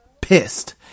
pissed